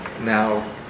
now